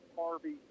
Harvey